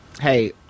Hey